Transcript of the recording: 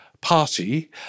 party